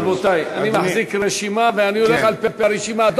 רבותי, אני מחזיק רשימה ואני הולך על-פי הרשימה.